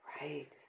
Right